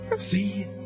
See